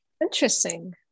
Interesting